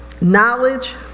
knowledge